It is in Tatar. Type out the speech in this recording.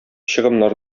чыгымнар